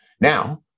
Now